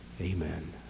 amen